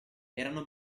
erano